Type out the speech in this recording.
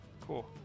cool